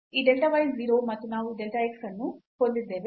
ಈ delta y 0 ಮತ್ತು ನಾವು delta x ಅನ್ನು ಹೊಂದಿದ್ದೇವೆ